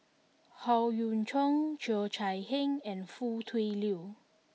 Howe Yoon Chong Cheo Chai Hiang and Foo Tui Liew